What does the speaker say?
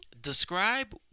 describe